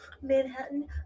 Manhattan